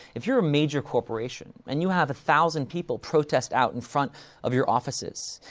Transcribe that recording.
if you're a major corporation, and you have a thousand people protest out in front of your offices,